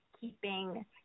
keeping